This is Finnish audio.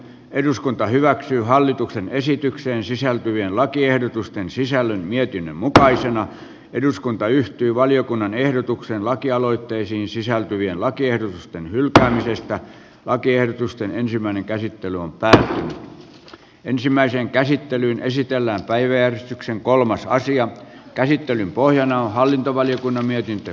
eduskunta hyväksyy hallituksen esitykseen sisältyvien lakiehdotusten sisällön mietinnön mukaisena eduskunta yhtyi valiokunnan ehdotukseen lakialoitteisiin sisältyvien lakiehdotusten hylkäämisestä lakiehdotusten ensimmäinen käsittely on pääsy ensimmäiseen käsittelyyn esitellään päiväjärjestyksen kolmas aasian käsittelyn pohjana on hallintovaliokunnan mietintö